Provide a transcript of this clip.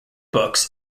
books